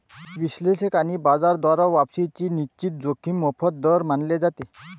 विश्लेषक आणि बाजार द्वारा वापसीची निश्चित जोखीम मोफत दर मानले जाते